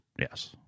Yes